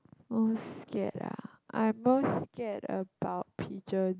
most scared ah I'm most scared about pigeon